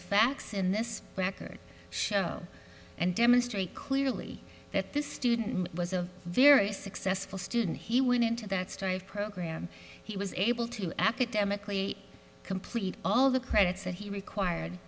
facts in this record show and demonstrate clearly that this student was a very successful student he went into that story of program he was able to academically complete all the credits that he required